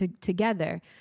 together